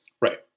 Right